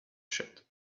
shut